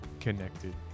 connected